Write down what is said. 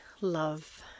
love